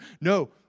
No